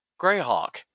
Greyhawk